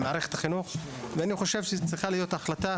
אין מערכת חינוך בצורה רשמית,